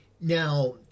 Now